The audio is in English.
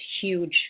huge